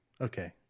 Okay